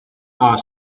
are